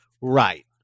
right